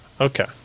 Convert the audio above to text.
Okay